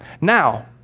Now